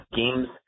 games